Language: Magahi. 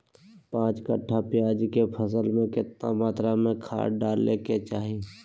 पांच कट्ठा प्याज के फसल में कितना मात्रा में खाद डाले के चाही?